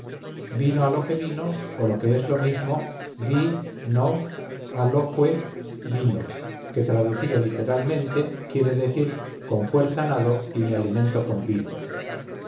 vino a lo que vino o lo que es lo mismo vi no aloque vino que traducido literalmente quiere decir con fuerza nado y me alimento con vino